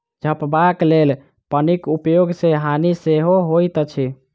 झपबाक लेल पन्नीक उपयोग सॅ हानि सेहो होइत अछि